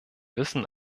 wissen